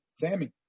Sammy